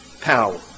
power